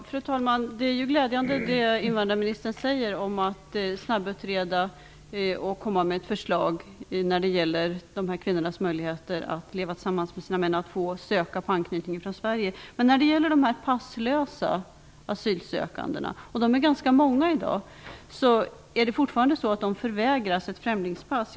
Fru talman! Det invandrarministern säger om att man skall snabbutreda och komma med ett förslag när det gäller dessa kvinnors möjlighet att få leva tillsammans med sina män och att männen skall få söka uppehållstillstånd av anknytningsskäl från Sverige är glädjande. Men de passlösa asylsökande -- de är ganska många i dag -- förvägras fortfarande ett främlingspass.